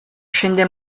scende